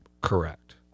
Correct